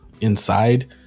inside